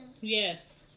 Yes